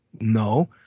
no